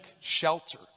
shelter